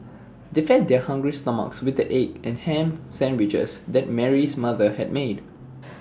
they fed their hungry stomachs with the egg and Ham Sandwiches that Mary's mother had made